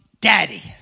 daddy